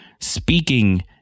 Speaking